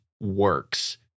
works